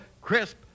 crisp